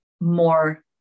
more